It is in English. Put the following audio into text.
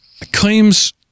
claims